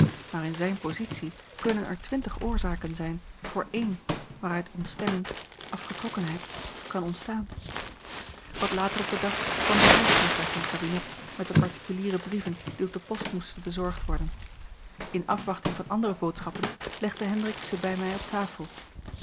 in zijne positie kunnen er twintig oorzaken zijn voor één waaruit ontstemming afgetrokkenheid kan ontstaan wat later op den dag kwam de huisknecht uit zijn kabinet met de particuliere brieven die op de post moesten bezorgd worden in afwachting van andere boodschappen legde hendrik ze bij mij op tafel